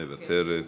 מוותרת.